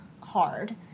hard